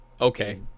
Okay